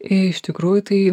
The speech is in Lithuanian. iš tikrųjų tai